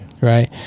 Right